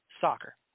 soccer